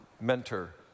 mentor